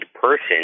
person